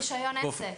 זה ברישיון עסק.